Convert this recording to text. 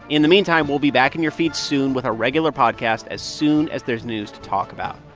in the meantime, we'll be back in your feed soon with our regular podcast as soon as there's news to talk about.